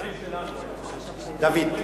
דוד.